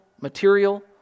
material